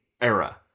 era